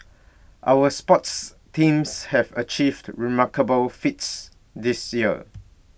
our sports teams have achieved remarkable feats this year